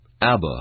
Abba